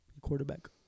Quarterback